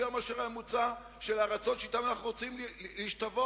מהממוצע של הארצות שאליהן אנו רוצים להשתוות.